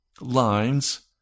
lines